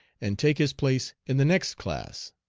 and take his place in the next class.